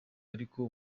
ariko